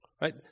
Right